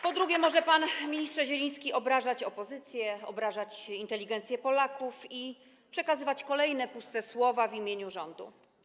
Po drugie, może pan, ministrze Zieliński, obrażać opozycję, obrażać inteligencję Polaków i przekazywać kolejne puste słowa w imieniu rządu.